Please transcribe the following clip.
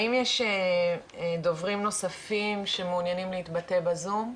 האם יש דוברים נוספים שמעוניינים להתבטא בזום?